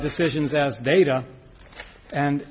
decisions as data and